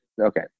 okay